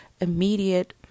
immediate